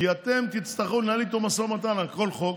כי אתם תצטרכו לנהל איתו משא ומתן על כל חוק,